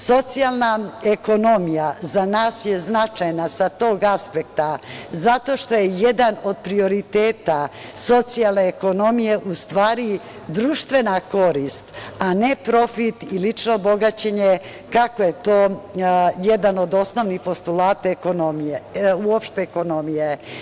Socijalna ekonomija za nas je značajna sa tog aspekta zato što je jedan od prioriteta socijalne ekonomije u stvari društvena korist, a ne profit i lično bogaćenje, kako je to jedan od osnovnih postulata uopšte ekonomije.